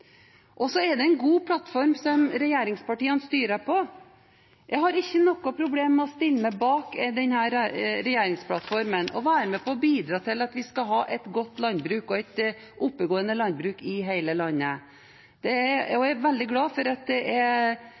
grupper. Så det er også litt av historien. Bøndene er selvstendig næringsdrivende, og det er ikke Stortinget som vedtar lønna til bøndene. Det er en god plattform som regjeringspartiene styrer på. Jeg har ikke noe problem med å stille meg bak denne regjeringsplattformen og være med og bidra til at vi skal ha et godt og oppegående landbruk i hele landet. Jeg er veldig glad for at